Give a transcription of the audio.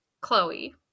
chloe